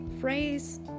phrase